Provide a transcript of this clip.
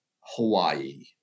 Hawaii